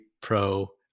pro